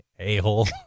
A-hole